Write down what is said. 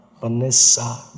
Vanessa